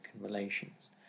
relations